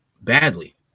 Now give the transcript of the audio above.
badly